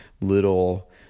little